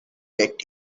let